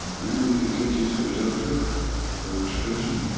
and then we could get you to a doctor for a prescription